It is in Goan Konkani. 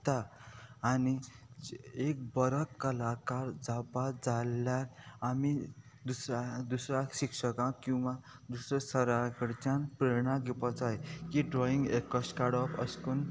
आनी एक बरो कलाकार जावपा जाल्ल्यार आमी दुसऱ्या दुसऱ्या शिक्षकांक किंवा दुसऱ्या सराकडच्यान प्रेरणा घेवपा जाय की ड्रॉईंग एक काडप अशें करून